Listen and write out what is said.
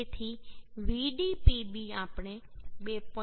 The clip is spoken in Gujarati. તેથી Vdpb આપણે 2